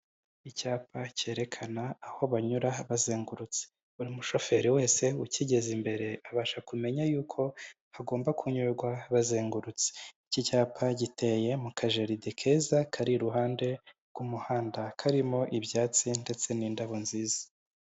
Icyapa cyerekana aho banyura bazengurutse, buri mushoferi wese ukigeze imbere abasha kumenya y'uko hagomba kunyurwa bazengurutse. Iki cyapa giteye mu kajaride keza kari iruhande rw'umuhanda karimo ibyatsi ndetse n'indabo nziza,